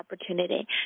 opportunity